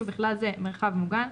ובכלל זה מרחב מוגן,